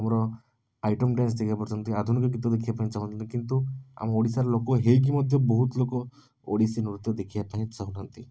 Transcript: ଆମର item dance ଦେଖିବାକୁ ଚାହୁଁଛନ୍ତି ଆଧୁନିକ ଗୀତ ଦେଖିବାକୁ ଚାହୁଁଛନ୍ତି କିନ୍ତୁ ଆମ ଓଡ଼ିଶାର ଲୋକ ହେଇକି ମଧ୍ୟ ବହୁତ ଲୋକ ଓଡ଼ିଶୀ ନୃତ୍ୟ ଦେଖିବାପାଇଁ ଚାହୁଁନାହାନ୍ତି